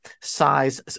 size